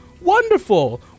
Wonderful